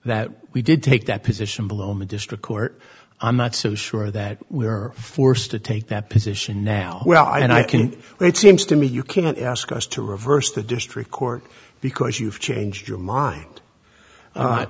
that we did take that position blome district court i'm not so sure that we are forced to take that position now well and i can well it seems to me you can't ask us to reverse the district court because you've changed your mind